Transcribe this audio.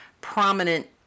prominent